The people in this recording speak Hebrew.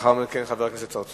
לאחר מכן, חבר הכנסת צרצור.